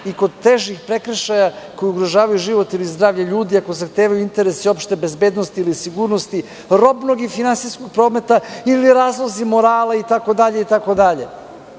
i kod težih prekršaja koji ugrožavaju život ili zdravlje ljudi ako zahtevaju interes opšte bezbednosti ili sigurnosti, robnog i finansijskog prometa ili razlozi morala